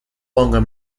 longer